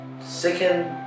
second